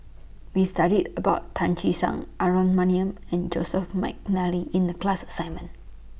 We studied about Tan Che Sang Aaron Maniam and Joseph Mcnally in The class assignment